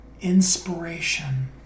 inspiration